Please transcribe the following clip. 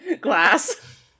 glass